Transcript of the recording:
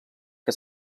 que